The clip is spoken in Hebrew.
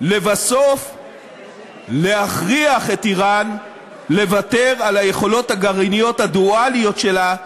להכריח לבסוף את איראן לוותר על היכולות הגרעיניות הדואליות שלה,